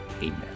Amen